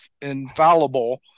infallible